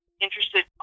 interested